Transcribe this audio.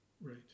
Right